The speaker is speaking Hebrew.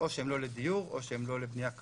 או שהן לא לדיור או שהן לא לבנייה כיום,